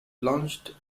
plunged